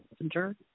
Messenger